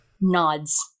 nods